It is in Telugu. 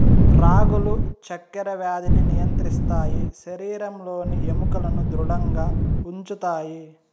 రాగులు చక్కర వ్యాధిని నియంత్రిస్తాయి శరీరంలోని ఎముకలను ధృడంగా ఉంచుతాయి